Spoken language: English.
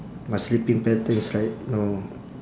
my sleeping pattern is like know